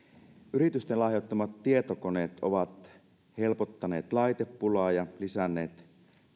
yritysten lahjoittamat tietokoneet ovat helpottaneet laitepulaa ja lisänneet